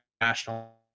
national